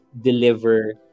deliver